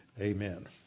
amen